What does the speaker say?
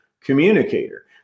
communicator